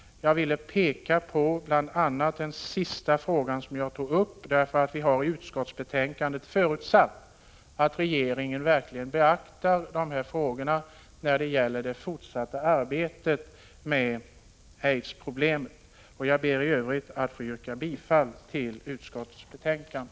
Jag ville peka på bl.a. den sista frågan som jag tog upp, eftersom vi i utskottsbetänkandet har förutsatt att regeringen verkligen beaktar dessa frågor i det fortsatta arbetet med aidsproblemet. I övrigt ber jag att få yrka bifall till hemställan i utskottets betänkande.